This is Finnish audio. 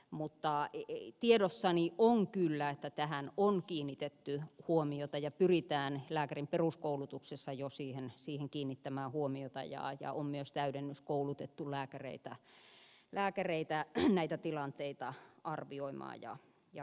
mutta tiedossani on kyllä että tähän on kiinnitetty huomiota ja pyritään lääkärin peruskoulutuksessa jo siihen kiinnittämään huomiota ja on myös täydennyskoulutettu lääkäreitä näitä tilanteita arvioimaan ja harkitsemaan